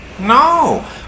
No